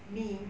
me